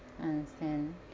understand